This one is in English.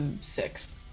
six